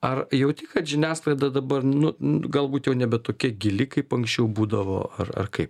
ar jauti kad žiniasklaida dabar nu nu galbūt jau nebe tokia gili kaip anksčiau būdavo ar ar kaip